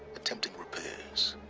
attempting repairs.